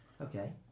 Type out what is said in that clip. okay